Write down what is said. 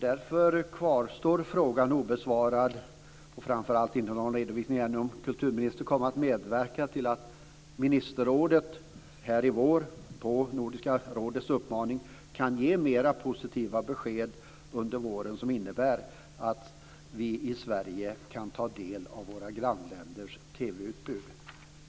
Därför kvarstår frågan obesvarad om kulturministern kommer att medverka till att ministerrådet under våren på Nordiska rådets uppmaning kan ge mera positiva besked som innebär att vi i Sverige kan ta del av våra grannländers TV-utbud.